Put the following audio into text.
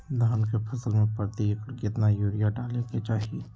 धान के फसल में प्रति एकड़ कितना यूरिया डाले के चाहि?